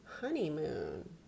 Honeymoon